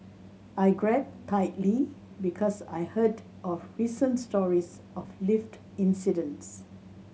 I grabbed tightly because I heard of recent stories of lift incidents